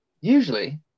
Usually